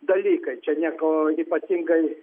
dalykai čia nieko ypatingai